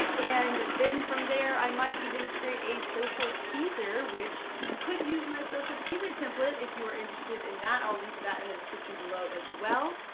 and then, from there, i might even create a social teaser, which you could use my social teaser template. if you are interested in that, i'll link that in and the description below as well.